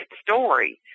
story